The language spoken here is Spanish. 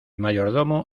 mayordomo